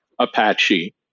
Apache